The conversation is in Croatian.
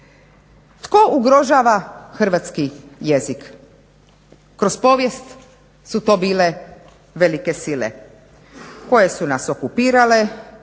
Tko ugrožava hrvatski jezik? Kroz povijest su to bile velike sile koje su nas okupirale